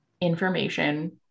information